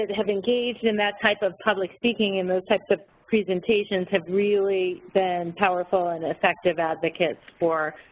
and have engaged in that type of public speaking and those types of presentations have really been powerful and effective advocates for